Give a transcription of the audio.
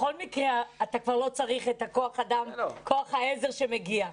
בכל מקרה אתה לא צריך את כוח העזר שמגיע.